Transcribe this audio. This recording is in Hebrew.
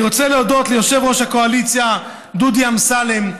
אני רוצה להודות ליושב-ראש הקואליציה דודי אמסלם,